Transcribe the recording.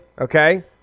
okay